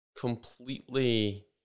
completely